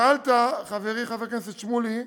שאלת, חברי חבר הכנסת שמולי,